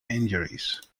injuries